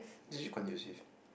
it's really conducive